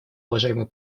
уважаемый